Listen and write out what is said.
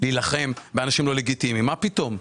להילחם באנשים לא לגיטימיים כי מה פתאום?